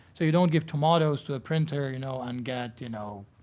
so you don't give tomatoes to a printer, you know, and get, you know,